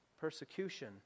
persecution